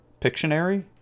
Pictionary